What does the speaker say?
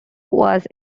was